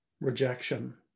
Rejection